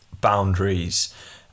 boundaries